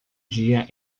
dia